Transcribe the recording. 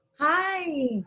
Hi